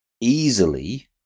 easily